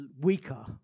weaker